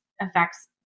affects